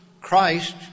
Christ